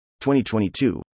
2022